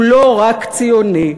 הוא לא רק ציוני,